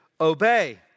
obey